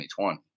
2020